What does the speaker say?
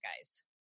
guys